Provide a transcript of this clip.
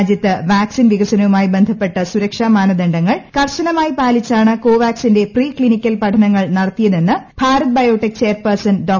രാജ്യത്ത് വാക്സിൻ വികസനവുമായി ബന്ധപ്പെട്ട സരുക്ഷാ മാനദണ്ഡങ്ങൾ കർശനമായി പാലിച്ചാണ് കോവാക്സിന്റെ പ്രീ ക്ലിനിക്കൽ പഠനങ്ങൾ നടത്തിയതെന്ന് ഭാരത് ബയോടെക്ക് ചെയർപേഴ്സൺ ഡോ